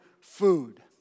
food